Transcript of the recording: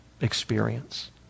experience